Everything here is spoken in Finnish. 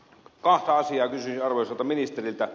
kahta asiaa kysyisin arvoisalta ministeriltä